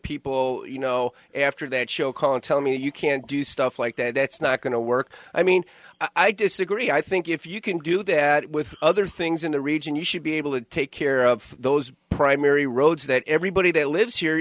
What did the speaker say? people you know after that show call and tell me you can't do stuff like that that's not going to work i mean i disagree i think if you can do that with other things in the region you should be able to take care of those primary roads that everybody that lives here